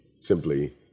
simply